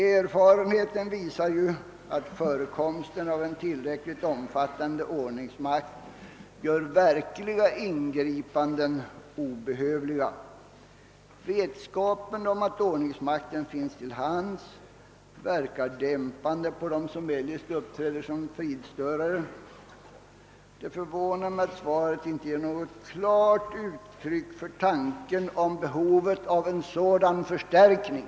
Erfarenheten visar att förekomsten av en tillräckligt omfattande ordningsmakt gör verkliga ingripanden obehövliga. Vetskapen om att ordningsmakten finns till hands verkar dämpande på dem som eljest skulle uppträda som fridstörare. Det förvånar mig att svaret inte ger något klart uttryck för tanken om behovet av en sådan förstärkning.